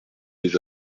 lès